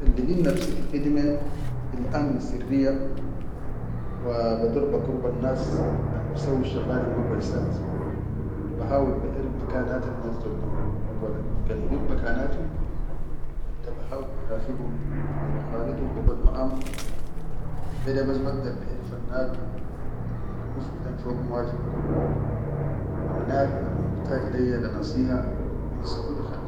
Kan ligid nafsi fi khidime hil amin sirryya wa bador bakurbannas al bisawwusshaqalil ma kwaisaat, bahawil baʼerif bikanatannas dol da awwalan, kan irif bakanatum dadda bahawil barafigum wa ba khalidum bagod maʼam, bedabas bagdar baʼerfannadum almakunusin bilen fogum wajib ikurbu wannadum al-muhtaj leyya le nasiha insahu.